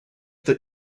that